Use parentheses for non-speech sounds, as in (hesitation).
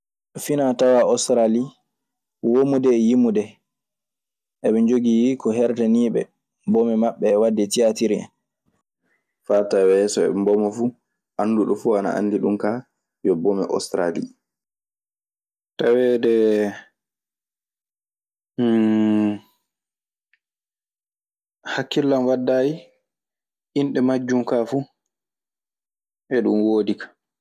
Finatawa Ostralii, wamude e yimude heɓe joyi ko hertani ɓe bomee maɓe e catirije. Faa tawee so ɓe mboma fuu, annduɗo fuu ana anndi ɗun kaa yo bome Ostralii. Taweede (hesitation) hakkillan waddaayi innɗe majjun kaa fu. Eɗun woodi kaa.